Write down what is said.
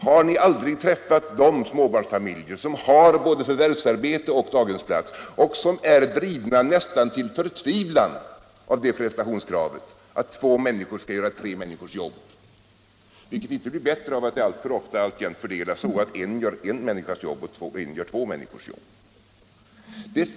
Har ni aldrig träffat de småtarnsfamiljer som har bide förvärvsarbete och daghemsplats och som är drivna nästan till förtvivlan av det prestationskravet att två människor skall göra tre människors jobb, vilket inte blir bättre av att det ofta alltjämt fördelas så att en gör en människas jobb och en gör två människors jobb?